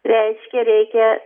reiškia reikia